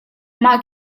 mah